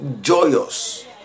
joyous